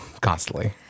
constantly